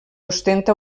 ostenta